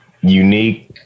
unique